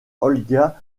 olga